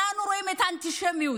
אנחנו רואים את האנטישמיות.